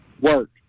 work